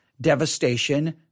devastation